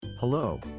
Hello